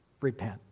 repent